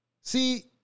see